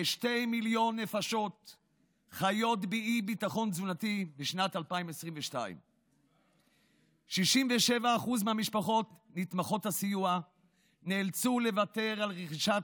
כשני מיליון נפשות חיות באי-ביטחון תזונתי בשנת 2022. 67% מהמשפחות נתמכות הסיוע נאלצו לוותר על רכישת